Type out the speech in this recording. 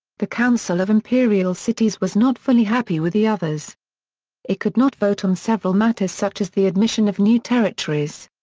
the council of imperial cities was not fully happy with the others it could not vote on several matters such as the admission of new territories.